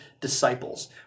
disciples